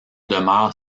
demeurent